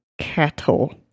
cattle